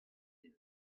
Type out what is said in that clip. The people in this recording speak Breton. din